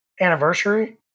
anniversary